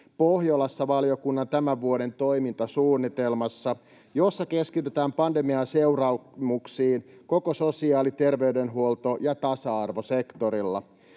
Pohjolassa -valiokunnan tämän vuoden toimintasuunnitelmassa, jossa keskitytään pandemian seuraamuksiin koko sosiaali-, terveydenhuolto- ja tasa-arvosektorilla.